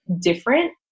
different